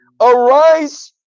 arise